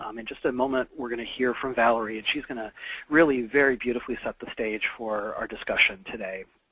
um in just a moment, we're going to hear from valerie, and she's going to really very beautifully set the stage for our discussion today.